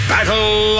Battle